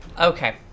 okay